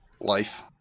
life